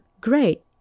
great